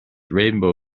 rainbow